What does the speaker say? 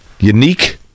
Unique